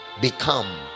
become